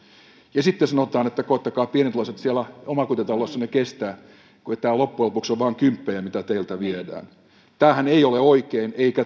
ja sitten sanotaan että koettakaa pienituloiset siellä omakotitaloissanne kestää kun ei tämä loppujen lopuksi ole kuin vain kymppejä mitä teiltä viedään tämähän ei ole oikein eikä